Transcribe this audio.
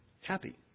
happy